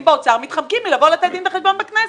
באוצר מתחמקים מלבוא לתת דין וחשבון בכנסת.